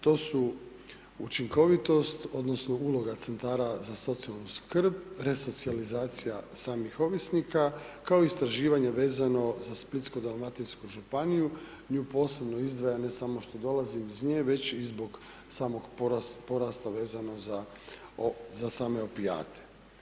To su učinkovitost odnosno uloga Centara za socijalnu skrb, resocijalizacija samih ovisnika, kao i istraživanje vezano za splitsko-dalmatinsku županiju, nju posebno izdvajam, ne samo što dolazim iz nje, već i zbog samog porasta vezano za same opijate.